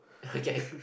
okay